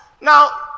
Now